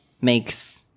makes